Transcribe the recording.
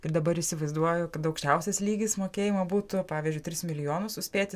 ir dabar įsivaizduoju kad aukščiausias lygis mokėjimo būtų pavyzdžiui tris milijonus suspėti